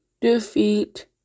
defeat